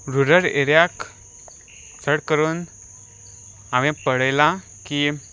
rural एरियाक चड करून हांवें पळयलां की